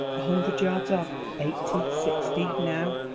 a hundred yards off eighty sixty now.